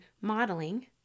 modeling